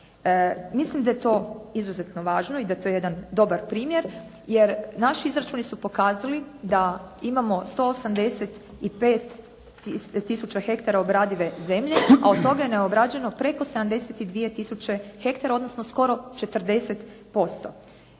Mislim da je to izuzetno važno i da je to jedan dobar primjer jer naši izračuni su pokazali da imamo 185 tisuća hektara obradive zemlje, a od toga je neobrađeno preko 72 tisuće hektara, odnosno skoro 40%.